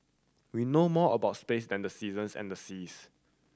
we know more about space than the seasons and the seas